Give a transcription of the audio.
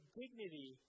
dignity